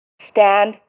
Stand